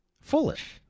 foolish